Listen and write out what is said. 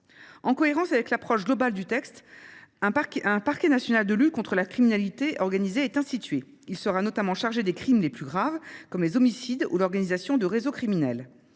En cohérence avec l'approche globale du texte, Un parquet national de lutte contre la criminalité organisé est institué. Il sera notamment chargé des crimes les plus graves comme les homicides ou l'organisation de réseaux criminels.